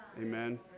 Amen